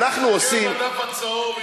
תסתכל בדף הצהוב,